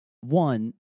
one